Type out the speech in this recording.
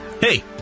Hey